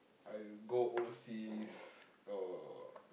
I go overseas or